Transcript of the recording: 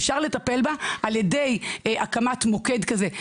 ואפשר לטפל בה על ידי הקמת מוקד כזה.